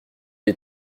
est